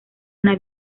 una